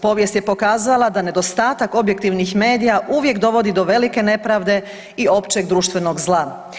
Povijest je pokazala da nedostatak objektivnih medija uvijek dovodi do velike nepravde i općeg društvenog zla.